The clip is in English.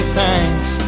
thanks